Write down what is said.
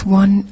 one